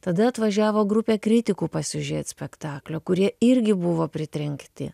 tada atvažiavo grupė kritikų pasižiūrėt spektaklio kurie irgi buvo pritrenkti